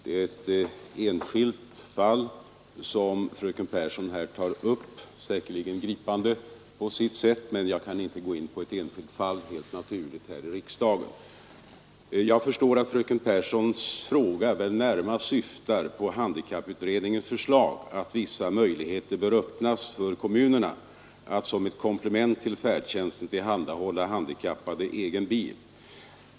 Det är ett enskilt fall som fröken Pehrsson tar upp, säkerligen gripande, men jag kan helt naturligt inte här i riksdagen gå in på ett enskilt fall. Jag förstår att fröken Pehrssons fråga närmast syftar på handikapputredningens förslag att vissa möjligheter bör öppnas för kommunerna att som ett komplement till färdtjänsten tillhandahålla handikappad egen bil.